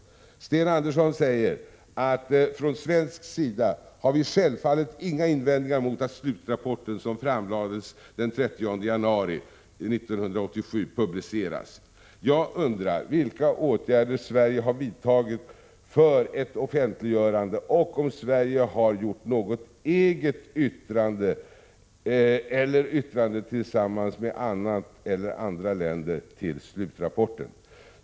Sten Andersson säger att vi från svensk sida självfallet inte har några invändningar mot att slutrapporten, som framlades den 30 januari 1987, publiceras. Jag undrar vilka åtgärder Sverige har vidtagit för ett offentliggörande och om Sverige har utformat något eget yttrande eller något yttrande tillsammans med annat land eller andra länder till slutrapporten.